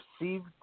received